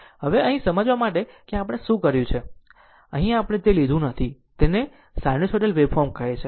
હવે અહીં સમજવા માટે કે આપણે શું કર્યું છે અહીં આપણે તે લીધું નથી જેને સિનુસાઇડલ વેવફોર્મ કહે છે